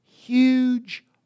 huge